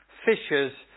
fishers